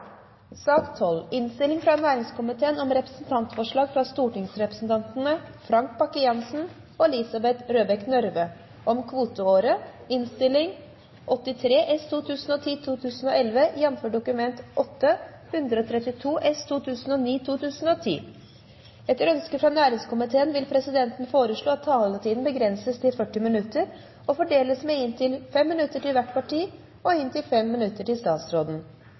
sak nr. 7. Ingen har bedt om ordet. Ingen har bedt om ordet. Ingen har bedt om ordet. Etter ønske fra næringskomiteen vil presidenten foreslå at taletiden begrenses til 40 minutter og fordeles med inntil 5 minutter til hvert parti og inntil 5 minutter til statsråden.